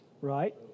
Right